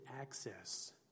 access